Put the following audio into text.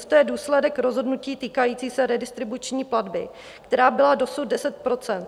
To je důsledek rozhodnutí týkající se redistribuční platby, která byla dosud 10 %.